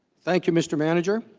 thank you mr. manager